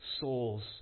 souls